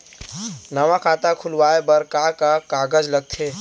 नवा खाता खुलवाए बर का का कागज लगथे?